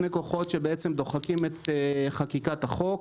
שני כוחות שבעצם דוחקים את חקיקת החוק.